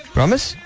Promise